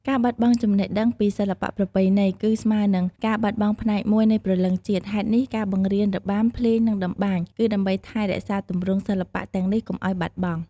ការបាត់បង់ចំណេះដឹងពីសិល្បៈប្រពៃណី គឺស្មើនឹងការបាត់បង់ផ្នែកមួយនៃព្រលឹងជាតិ ហេតុនេះ ការបង្រៀនរបាំ ភ្លេង និងតម្បាញ គឺដើម្បីថែរក្សាទម្រង់សិល្បៈទាំងនេះកុំឱ្យបាត់បង់។